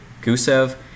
Gusev